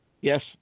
Yes